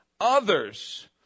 others